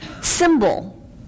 symbol